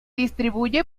distribuye